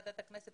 ועדת הכנסת